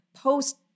post